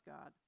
God